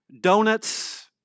donuts